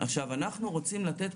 שלפעמים אני חושב שירושלים מתקרבת להיות